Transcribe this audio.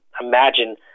imagine